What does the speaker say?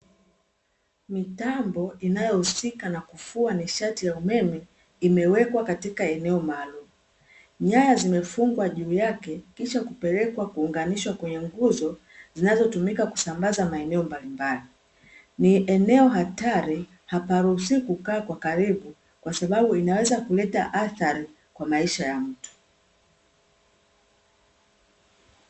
Mitambo inayohusika na kufua nishati ya umeme imewekwa katika eneo maalumu. Nyaya zimefungwa juu yake, kisha kupelekwa kuunganisha kwenye nguzo zinazotumika kusambaza maeneo mbalimbali. Ni eneo hatari, haparuhusiwi kukaa kwa karibu, kwa sababu, inaweza kuleta athari kwa maisha ya mtu.